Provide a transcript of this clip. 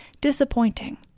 disappointing